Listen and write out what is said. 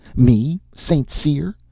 me, st. cyr!